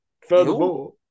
furthermore